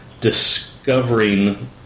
discovering